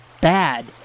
bad